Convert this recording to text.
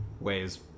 ways